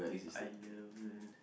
I love it